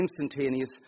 instantaneous